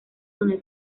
donde